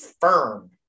firm